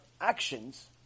actions